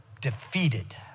defeated